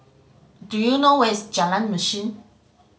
do you know where is Jalan Mesin